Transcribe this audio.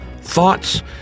thoughts